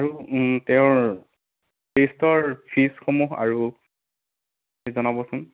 আৰু তেওঁৰ টেষ্টৰ ফিজ সমূহ আৰু জনাবচোন